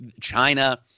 china